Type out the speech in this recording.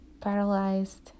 paralyzed